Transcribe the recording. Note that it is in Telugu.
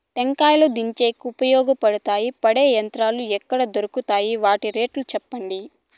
టెంకాయలు దించేకి ఉపయోగపడతాయి పడే యంత్రాలు ఎక్కడ దొరుకుతాయి? వాటి రేట్లు చెప్పండి?